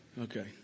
Okay